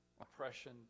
oppression